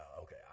okay